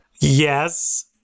Yes